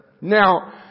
Now